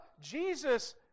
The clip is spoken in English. Jesus